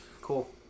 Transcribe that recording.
cool